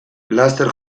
laster